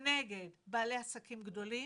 כנגד בעלי עסקים גדולים,